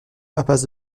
impasse